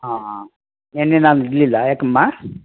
ಹಾಂ ನೆನ್ನೆ ನಾನು ಇರಲಿಲ್ಲ ಯಾಕಮ್ಮ